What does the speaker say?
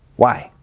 why?